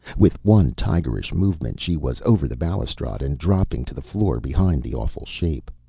with one tigerish movement she was over the balustrade and dropping to the floor behind the awful shape.